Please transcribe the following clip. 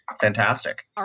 fantastic